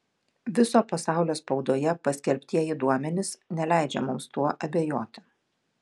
viso pasaulio spaudoje paskelbtieji duomenys neleidžia mums tuo abejoti